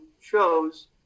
shows